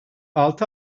altı